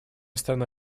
страна